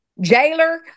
jailer